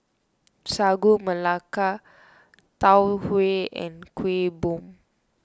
Sagu Melaka Tau Huay and Kueh Bom